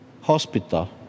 hospital